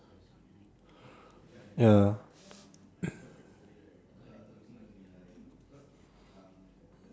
ya